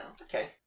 Okay